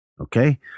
Okay